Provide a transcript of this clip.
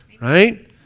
Right